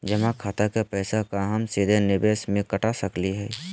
जमा खाता के पैसा का हम सीधे निवेस में कटा सकली हई?